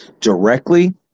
directly